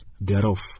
thereof